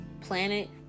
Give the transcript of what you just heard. planet